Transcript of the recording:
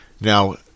Now